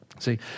See